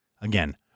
Again